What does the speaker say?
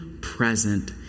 present